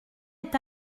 est